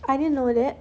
I didn't know that